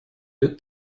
лет